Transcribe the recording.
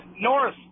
North